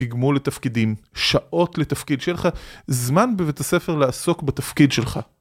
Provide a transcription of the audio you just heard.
תגמול לתפקידים, שעות לתפקיד. שיהיה לך זמן בבית הספר לעסוק בתפקיד שלך.